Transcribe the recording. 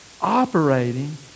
operating